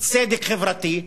צדק חברתי",